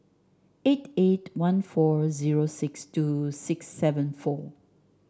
eight eight one four zero six two six seven four